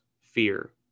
fear